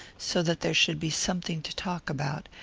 so that there should be something to talk about,